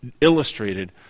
illustrated